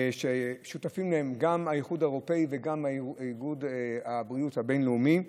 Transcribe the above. ושותפים לה גם האיחוד האירופי וגם איגוד הבריאות הבין-לאומי.